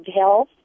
health